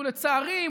ולצערי,